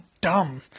dumb